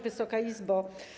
Wysoka Izbo!